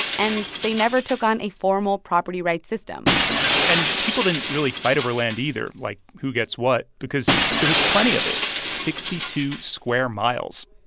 and they never took on a formal property rights system and people didn't really fight over land either like, who gets what because there was plenty of it sixty two square miles,